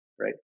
right